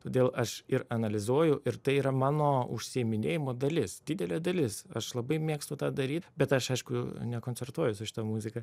todėl aš ir analizuoju ir tai yra mano užsiiminėjimo dalis didelė dalis aš labai mėgstu tą daryt bet aš aišku nekoncertuoju su šita muzika